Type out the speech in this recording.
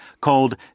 called